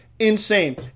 Insane